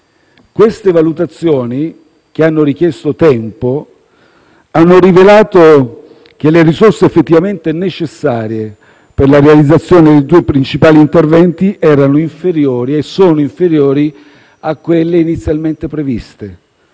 Queste valutazioni, che hanno richiesto tempo, hanno rivelato che le risorse effettivamente necessarie per la realizzazione dei due principali interventi erano - e sono - inferiori a quelle inizialmente previste.